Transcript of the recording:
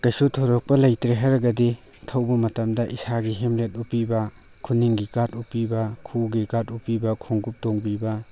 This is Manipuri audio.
ꯀꯩꯁꯨ ꯊꯣꯏꯗꯣꯛꯄ ꯂꯩꯇ꯭ꯔꯦ ꯍꯥꯏꯔꯒꯗꯤ ꯊꯧꯕ ꯃꯇꯝꯗ ꯏꯁꯥꯒꯤ ꯍꯦꯜꯃꯦꯠ ꯎꯞꯄꯤꯕ ꯈꯨꯅꯤꯡꯒꯤ ꯒꯥꯔꯠ ꯎꯞꯄꯤꯕ ꯈꯨꯠꯎꯒꯤ ꯒꯥꯔꯠ ꯎꯞꯄꯤꯕ ꯈꯣꯡꯎꯞ ꯇꯣꯡꯕꯤꯕ